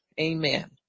Amen